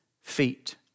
feet